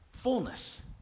Fullness